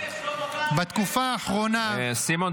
איזה קבינט?